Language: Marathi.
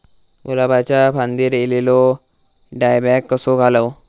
गुलाबाच्या फांदिर एलेलो डायबॅक कसो घालवं?